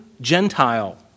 Gentile